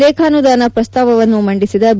ಲೇಖಾನುಧಾನ ಪ್ರಸ್ತಾವವನ್ನು ಮಂಡಿಸಿದ ಬಿ